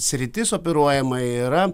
sritis operuojama yra